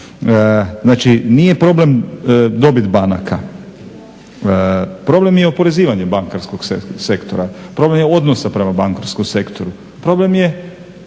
Znači, nije problem dobit banaka, problem je oporezivanje bankarskog sektora, problem je odnosa prema bankarskom sektoru, problem je